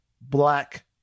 black